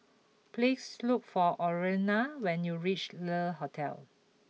please look for Orlena when you reach Le Hotel